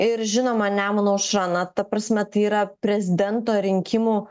ir žinoma nemuno aušra na ta prasme tai yra prezidento rinkimų